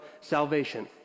salvation